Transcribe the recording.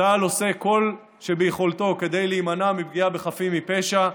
צה"ל עושה כל שביכולתו כדי להימנע מפגיעה בחפים מפשע.